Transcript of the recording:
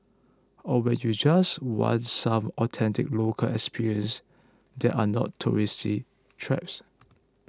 or when you just want some authentic local experiences that are not tourist traps